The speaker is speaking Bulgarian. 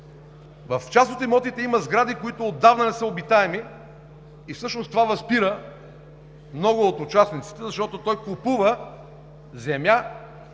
В част от имотите има сгради, които отдавна не са обитаеми, и всъщност това възпира много от участниците, защото той купува земя,